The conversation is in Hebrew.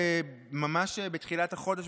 ממש בתחילת החודש,